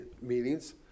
meetings